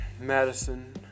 Madison